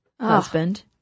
husband